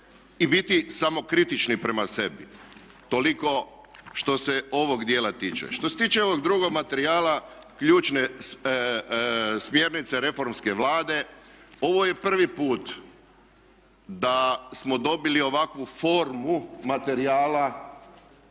i biti samokritični prema sebi. Toliko što se ovog dijela tiče. Što se tiče ovog drugog materijala, ključne smjernice reformske Vlade ovo je prvi put da smo dobili ovakvu formu materijala